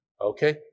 Okay